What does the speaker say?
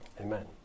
Amen